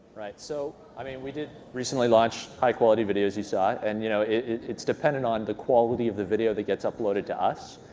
right. so i mean we did recently launch high quality videos, you saw it, and you know it's dependent on the quality of the video that gets uploaded to us.